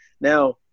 Now